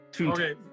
Okay